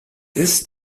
ist